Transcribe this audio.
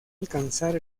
alcanzar